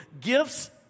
Gifts